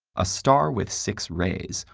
a star with six rays,